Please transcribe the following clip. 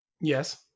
Yes